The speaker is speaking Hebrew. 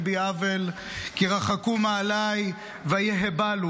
בי עול כי רחקו מעלי --- ויהבלו",